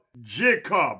Jacob